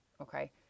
Okay